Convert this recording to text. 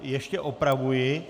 Ještě opravuji.